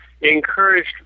encouraged